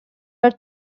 are